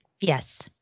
yes